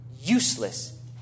useless